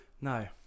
no